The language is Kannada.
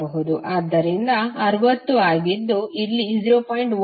ಆದ್ದರಿಂದ 60 ಆಗಿದ್ದು ಇಲ್ಲಿಂದ 0